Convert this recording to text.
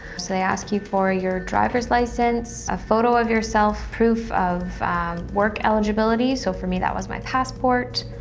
so, they ask you for your driver's license, a photo of yourself, proof of work eligibility, so for me that was my passport,